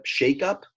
shakeup